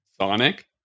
Sonic